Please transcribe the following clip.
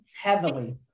Heavily